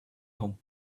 home